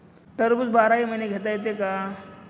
टरबूज बाराही महिने घेता येते का?